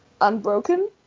unbroken